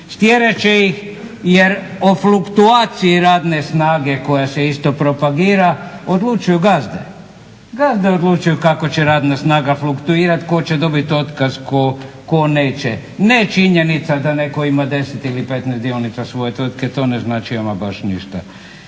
Otjerat će ih jer o fluktuaciji radne snage koja se isto propagira odlučuju gazde. Gazde odlučuju kako će radna snaga fluktuirati, tko će dobiti otkaz tko neće, ne činjenica da netko ima 10 ili 15 dionica svoje tvrtke. To ne znači ama baš ništa.